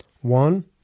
One